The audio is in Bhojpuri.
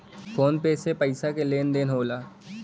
फोन पे से पइसा क लेन देन होला